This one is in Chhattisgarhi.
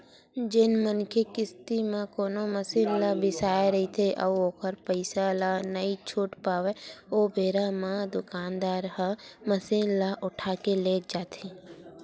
जेन मनखे किस्ती म कोनो मसीन ल बिसाय रहिथे अउ ओखर पइसा ल नइ छूट पावय ओ बेरा म दुकानदार ह मसीन ल उठाके लेग जाथे